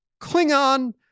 Klingon